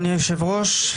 אדוני היושב-ראש,